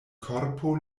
korpo